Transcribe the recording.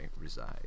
reside